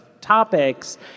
topics